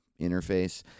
interface